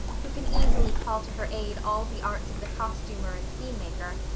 who can easily call to her aid all the arts of the costumer and scene-maker,